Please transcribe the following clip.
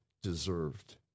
deserved